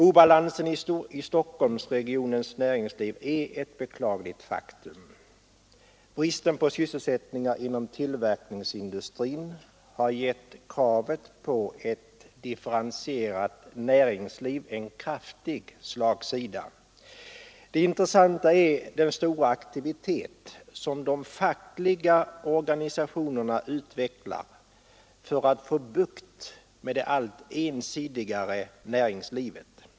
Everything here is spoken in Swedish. Obalansen i Stockholmsregionens näringsliv är ett beklagligt faktum. Bristen på sysselsättning inom tillverkningsindustrin har gett kravet på ett differentierat näringsliv en kraftig slagsida. Det intressanta är den stora aktivitet som de fackliga organisationerna utvecklar för att få bukt med det allt ensidigare näringslivet.